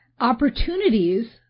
opportunities